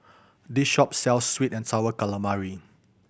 this shop sells sweet and Sour Calamari